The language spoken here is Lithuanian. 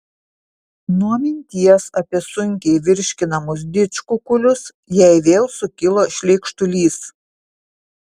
nuo minties apie sunkiai virškinamus didžkukulius jai vėl sukilo šleikštulys